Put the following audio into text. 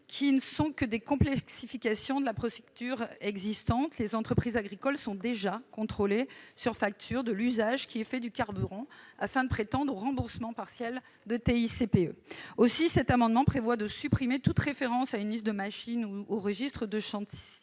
rien d'autre que des complexifications de la procédure existante. Les entreprises agricoles sont déjà contrôlées, sur facture, pour leur usage de carburant, afin de prétendre au remboursement partiel de TICPE. Aussi cet amendement vise-t-il à supprimer toute référence à une liste de machines au gazole ou à un registre de chantiers.